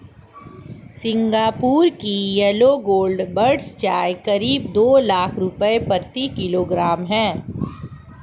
Singapore की yellow gold buds चाय करीब दो लाख रुपए प्रति किलोग्राम है